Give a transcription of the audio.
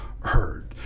heard